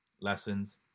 lessons